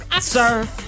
sir